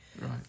Right